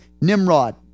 Nimrod